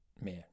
Man